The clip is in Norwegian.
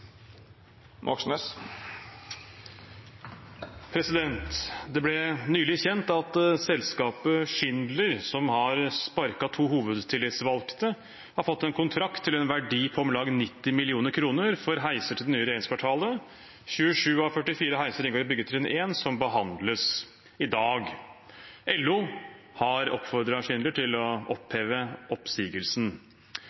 Det ble nylig kjent at selskapet Schindler, som har sparket to hovedtillitsvalgte, har fått en kontrakt til en verdi på om lag 90 mill. kr for heiser til det nye regjeringskvartalet. 27 av 44 heiser inngår i byggetrinn 1, som behandles i dag. LO har oppfordret Schindler til å